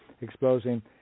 exposing